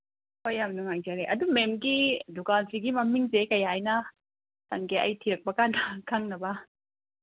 ꯍꯣꯏ ꯌꯥꯝ ꯅꯨꯡꯉꯥꯏꯖꯔꯦ ꯑꯗꯨ ꯃꯦꯝꯒꯤ ꯗꯨꯀꯥꯟꯁꯤꯒꯤ ꯃꯃꯤꯡꯁꯦ ꯀꯔꯤ ꯍꯥꯏꯅ ꯍꯥꯡꯒꯦ ꯑꯩ ꯊꯤꯔꯛꯄ ꯀꯥꯟꯗ ꯈꯪꯅꯕ